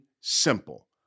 simple